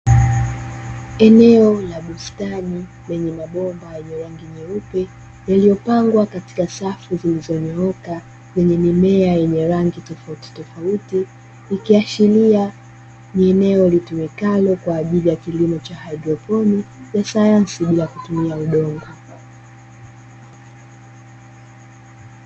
Eneo la bustani, lenye mabomba yenye rangi nyeupe, yaliyopangwa katika safu zilizonyooka, zenye mimea yenye rangi tofautitofauti. Ikiashiria ni eneo litumikalo kwa kilimo cha haidroponi ya sayansi ya bila kutumia udongo.